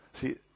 See